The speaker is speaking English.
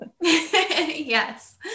Yes